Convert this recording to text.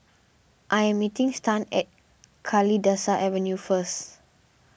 I am meeting Stan at Kalidasa Avenue first